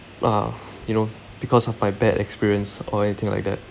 ah you know because of my bad experience or anything like that